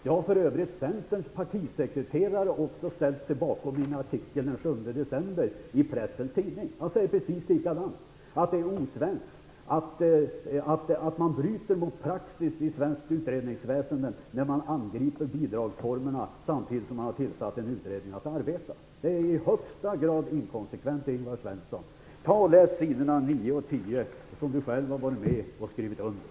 Det har för övrigt också Centerns partisekreterare hävdat i en artikel i Pressens tidning den 7 december. Han säger precis samma sak, att detta är något osvenskt, att man bryter mot praxis i svenskt utredningsväsende när man angriper bidragsformerna samtidigt som en utredning har satts att arbeta. Detta är i högsta grad inkonsekvent, Ingvar Svensson. Jag vill uppmana Ingvar Svensson att läsa s. 9 och 10, som han själv har skrivit under.